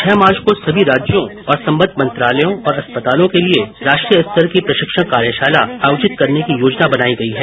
छह मार्च को सभी राज्यों और संबद्ध मंत्रालयों और अस्पतालों के लिए राष्ट्रीय स्तर की प्रशिक्षण कार्यशाला आयोजित करने की योजना बनाई गई है